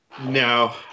No